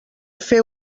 fer